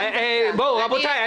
רבותיי,